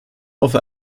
over